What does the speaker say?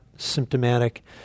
symptomatic